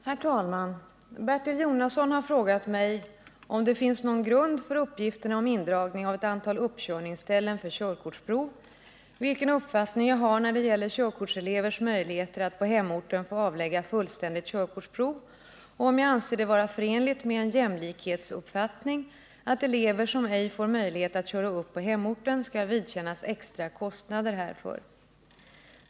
Herr talman! Bertil Jonasson har frågat mig om det finns någon grund för uppgifterna om indragning av ett antal uppkörningsställen för körkortsprov, vilken uppfattning jag har när det gäller körkortselevers möjligheter att på hemorten få avlägga fullständigt körkortsprov och om jag anser det vara förenligt med en jämlikhetsuppfattning att elever som ej får möjlighet att köra upp på hemorten skall vidkännas extra kostnader härför.